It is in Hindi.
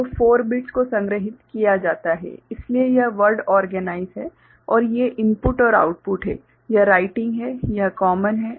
तो 4 बिट्स को संग्रहीत किया जाता है इसलिए यह वर्ड ओर्गेनाइज़ है और ये इनपुट और आउटपुट हैं यह राइटिंग है यह कॉमन है